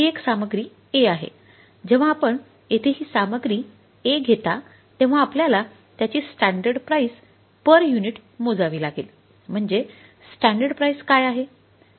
ही एक सामग्री A आहे जेव्हा आपण येथे ही सामग्री A घेता तेव्हा आपल्याला त्याची स्टॅंडर्ड प्राईस पर युनिट मोजावी लागेल म्हणजे स्टॅंडर्ड प्राईस काय आहे